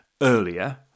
earlier